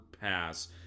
pass